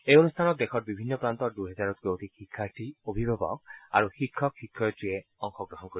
এই অনুষ্ঠানত দেশৰ বিভিন্ন প্ৰান্তৰ দুহেজাৰতকৈও অধিক শিক্ষাৰ্থী অভিভাৱক আৰু শিক্ষক শিক্ষযত্ৰীয়ে অংশগ্ৰহণ কৰিব